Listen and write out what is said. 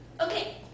Okay